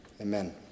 Amen